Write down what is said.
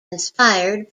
inspired